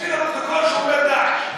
תשמעי בפרוטוקול שהוא אומר "דאעש".